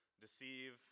deceive